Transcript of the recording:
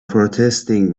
protesting